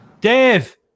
Dave